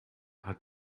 hat